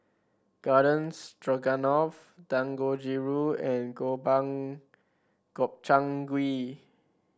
Garden Stroganoff Dangojiru and Gobang Gobchang Gui